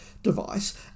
Device